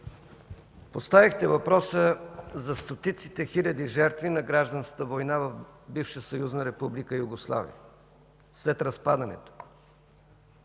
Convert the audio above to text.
поставихте въпроса за стотиците хиляди жертви на гражданската война в бившата Съюзна република Югославия след разпадането.